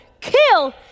kill